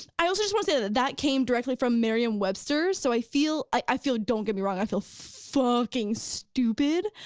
and i also just wanna say that that came directly from marian webster's, so i feel i feel don't get me wrong, i feel fucking stupid,